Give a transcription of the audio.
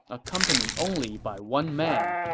accompanied only by one man,